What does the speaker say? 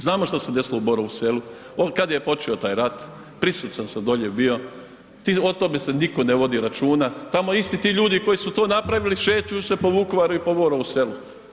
Znamo što se desilo u Borovu Selu, kad je počeo taj rat, ... dolje bio, o tome se nitko ne vodi računa, tamo isti ti ljudi koji su to napravili šeću se po Vukovaru i po Borovu Selu.